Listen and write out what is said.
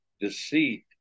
deceit